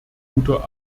guter